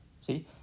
See